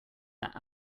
that